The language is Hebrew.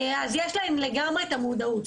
אז יש להם לגמרי את המודעות,